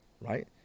right